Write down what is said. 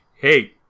hey